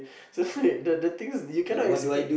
so right the the things you cannot expect